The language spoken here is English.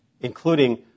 including